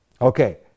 Okay